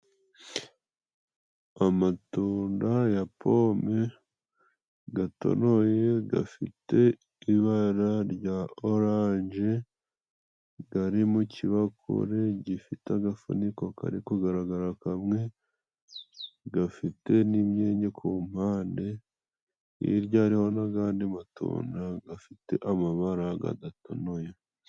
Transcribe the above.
Amatunda ya pome gatonoye, gafite ibara rya oranje gari mu kibakure gifite agafuniko kari kugaragara kamwe, gafite n'imyenge ku mpande hirya hariho n'agandi matunda gafite amabara gadatonoye.